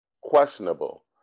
questionable